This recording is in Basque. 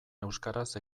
euskaraz